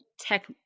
tech